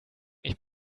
nicht